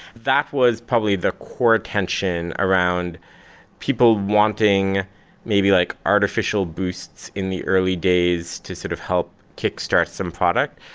that was probably the core tension around people wanting maybe like artificial boosts in the early days to sort of help kick-start some product.